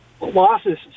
losses